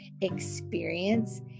experience